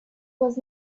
was